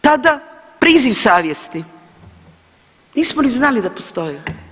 Tada priziv savjesti, nismo ni znali da postoji.